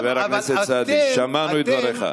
חבר הכנסת סעדי, שמענו את דבריך.